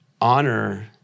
honor